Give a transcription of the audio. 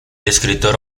escritor